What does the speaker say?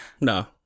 No